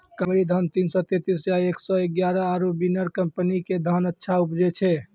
कावेरी धान तीन सौ तेंतीस या एक सौ एगारह आरु बिनर कम्पनी के धान अच्छा उपजै छै?